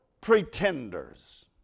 pretenders